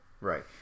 Right